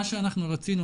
מה שאנחנו רצינו,